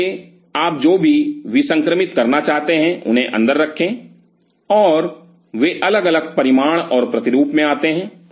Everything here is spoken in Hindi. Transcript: इसलिए आप जो भी विसंक्रमित करना चाहते हैं उन्हें अंदर रखें और वे अलग अलग परिमाण और प्रतिरूप में आते हैं